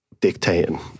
dictating